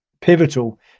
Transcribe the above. pivotal